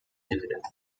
dividend